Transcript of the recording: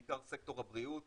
בעיקר סקטור הבריאות